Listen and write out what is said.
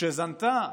שזנתה,